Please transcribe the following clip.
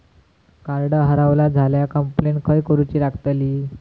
Card हरवला झाल्या complaint खय करूची लागतली?